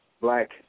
black